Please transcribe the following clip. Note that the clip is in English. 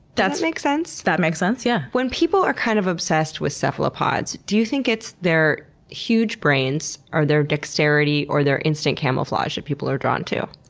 make sense? that makes sense, yeah. when people are kind of obsessed with cephalopods, do you think it's their huge brains or their dexterity or their instinct camouflage that people are drawn to?